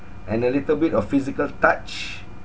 and a little bit of physical touch